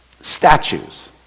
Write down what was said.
statues